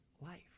life